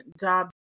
job